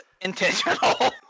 intentional